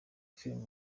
filime